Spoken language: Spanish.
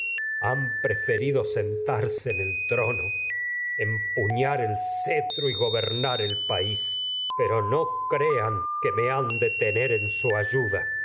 han y preferido sentarse en trono empuñar el gobernar el país pero no crean que me han de su tener en ayuda